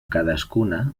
cadascuna